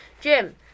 Jim